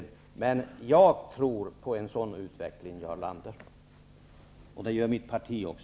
Men jag tror på en sådan utveckling, Jarl Lander, och det gör också mitt parti.